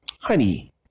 honey